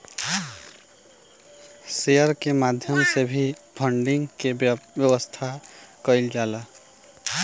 share के माध्यम से भी फंडिंग के व्यवस्था कईल जाला